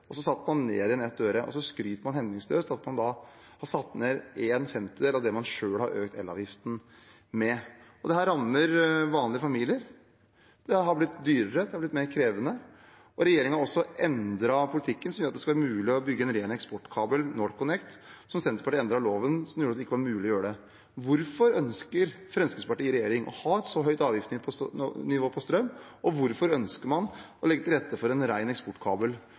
og så satte man den ned igjen med 1 øre, og så skryter man hemningsløst av at man har satt den ned en femtedel av det man selv har økt elavgiften med. Dette rammer vanlige familier. Det har blitt dyrere, det har blitt mer krevende. Regjeringen har også endret politikken som gjør at det skal være mulig å bygge en ren eksportkabel – NorthConnect – som Senterpartiet endret loven for, slik at det ikke skulle være mulig å gjøre det. Hvorfor ønsker Fremskrittspartiet i regjering å ha et så høyt avgiftsnivå på strøm, og hvorfor ønsker man å legge til rette for en ren eksportkabel